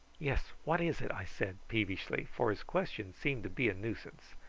yes what is it? i said peevishly, for his questions seemed to be a nuisance.